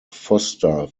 foster